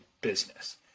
business